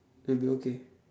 redo okay